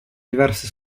diverse